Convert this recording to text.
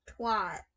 twat